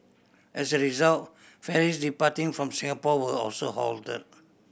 as a result ferries departing from Singapore were also halted